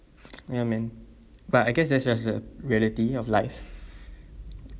ya man but I guess that's just the reality of life